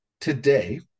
today